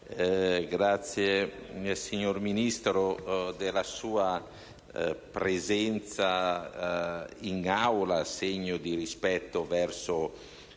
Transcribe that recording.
il signor Ministro per la sua presenza in Aula, segno di rispetto verso